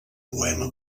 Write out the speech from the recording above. poema